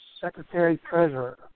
secretary-treasurer